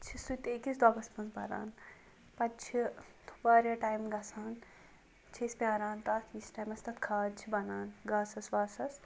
چھِ سُہ تہِ أکِس دۄبَس منٛز بَران پَتہٕ چھِ تہٕ واریاہ ٹایم گژھان چھِ أسۍ پیٛاران تَتھ ییٖتِس ٹایمَس تَتھ کھاد چھِ بَنان گاسَس واسَس